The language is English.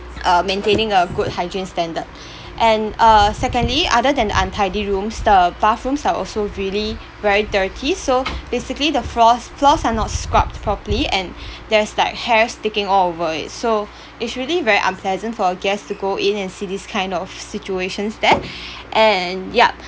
uh maintaining a good hygiene standards and uh secondly other than the untidy rooms the bathrooms are also really very dirty so basically the floors floors are not scrubbed properly and there's like hairs sticking all over it so it's really very unpleasant for a guest to go in and see these kind of situations there and yup